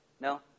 No